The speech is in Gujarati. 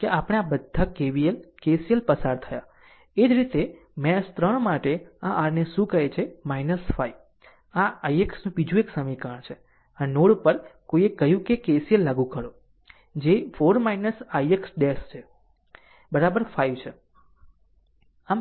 એ જ રીતે મેશ 3 માટે આ r ને શું કહે છે 5 આ ix નું બીજું એક સમીકરણ છે અને નોડ પર કોઈએ કહ્યું કે કે KCL લાગુ કરો જે 4 ix